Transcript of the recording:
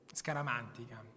scaramantica